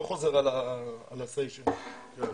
א',